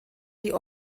die